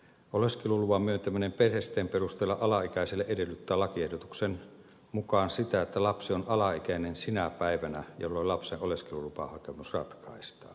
oleskeluluvan myöntäminen perhesiteen perusteella alaikäiselle edellyttää lakiehdotuksen mukaan sitä että lapsi on alaikäinen sinä päivänä jolloin lapsen oleskelulupahakemus ratkaistaan